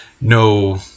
no